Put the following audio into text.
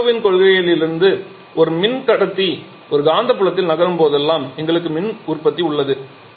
அவகாட்ரோவின் கொள்கையிலிருந்து ஒரு மின் கடத்தி ஒரு காந்தப்புலத்தில் நகரும் போதெல்லாம் எங்களுக்கு மின் உற்பத்தி உள்ளது